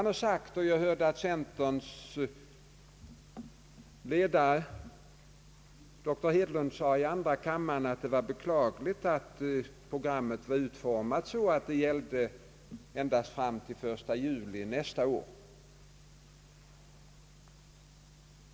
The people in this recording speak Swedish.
Det har sagts, bl.a. av centerpartiets ledare, doktor Hedlund, i andra kammaren att det var beklagligt att programmet hade utformats så, att det endast gällde fram till den 1 juli nästa år.